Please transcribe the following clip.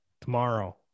tomorrow